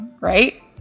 right